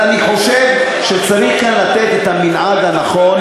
אבל אני חושב שצריך כאן לתת את המנעד הנכון,